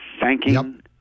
thanking